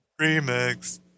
remix